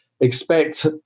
expect